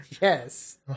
Yes